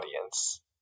audience